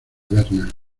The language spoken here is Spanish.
berna